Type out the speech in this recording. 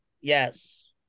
Yes